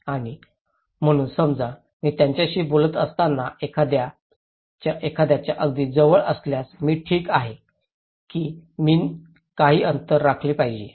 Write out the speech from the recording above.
आणि म्हणून समजा मी त्याच्याशी बोलत असताना एखाद्याच्या अगदी जवळ असल्यास मी ठीक आहे की मी काही अंतर राखले पाहिजे